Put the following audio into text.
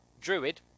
Druid